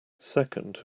second